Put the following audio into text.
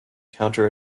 counter